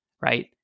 right